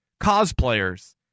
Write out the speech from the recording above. cosplayers